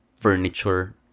furniture